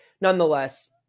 nonetheless